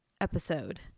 episode